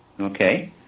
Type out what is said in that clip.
okay